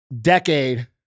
decade